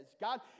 God